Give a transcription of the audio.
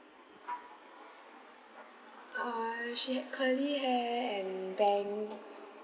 uh she had curly hair and bangs